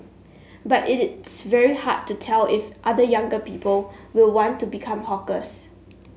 but it is very hard to tell if other younger people will want to become hawkers